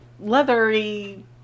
leathery